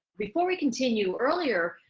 before we continue, earlier,